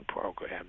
program